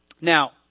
Now